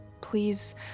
Please